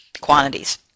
quantities